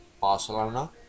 Barcelona